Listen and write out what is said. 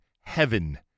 heaven